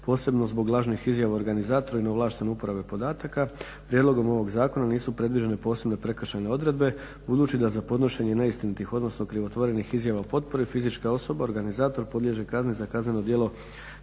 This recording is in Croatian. posebno zbog lažnih izjava organizatora i neovlaštene uporabe podataka, prijedlogom ovog zakona nisu predviđene posebne prekršajne odredbe budući da za podnošenje neistinitih, odnosno krivotvorenih izjava o potpori fizička osoba, organizator podliježe kazni za kazneno djelo